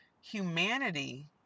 humanity